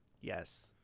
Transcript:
Yes